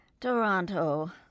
Toronto